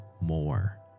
more